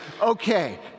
okay